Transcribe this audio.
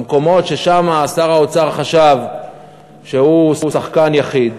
במקומות ששם שר האוצר חשב שהוא שחקן יחיד,